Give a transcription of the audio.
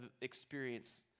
experience